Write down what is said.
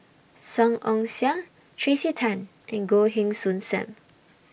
Song Ong Siang Tracey Tan and Goh Heng Soon SAM